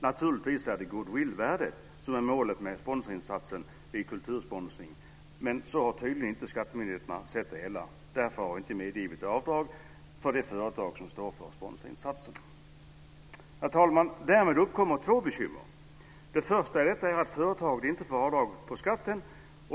Naturligtvis är det goodwillvärdet som är målet med sponsorinsatsen vid kultursponsring, men så har tydligen inte skattemyndigheterna sett det hela och därför inte medgivet avdrag för de företag som står för sponsorinsatsen. Herr talman! Därmed uppkommer två bekymmer. Det första i detta är att företaget inte får avdrag på skatten.